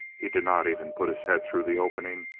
he did not even put his head through the opening,